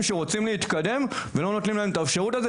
שרוצים להתקדם ולא נותנים להם את האפשרות הזו,